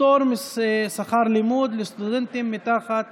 פטור משכר לימוד לסטודנטים מתחת